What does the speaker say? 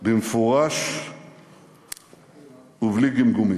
במפורש ובלי גמגומים".